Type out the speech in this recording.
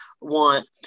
want